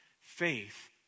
Faith